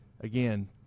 again